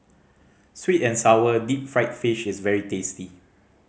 sweet and sour deep fried fish is very tasty